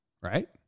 Right